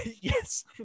yes